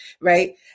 right